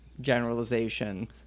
generalization